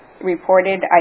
reported